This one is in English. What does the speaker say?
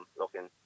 looking